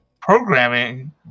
Programming